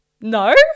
No